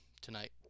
tonight